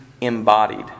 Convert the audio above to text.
embodied